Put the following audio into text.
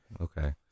Okay